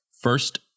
First